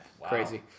Crazy